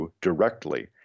directly